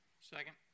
second